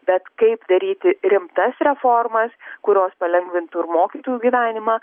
bet kaip daryti rimtas reformas kurios palengvintų ir mokytojų gyvenimą